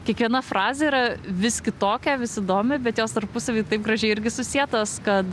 kiekviena frazė yra vis kitokia vis įdomi bet jos tarpusavyje taip gražiai irgi susietos kad